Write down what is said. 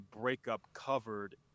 breakup-covered